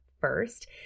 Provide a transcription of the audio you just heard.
first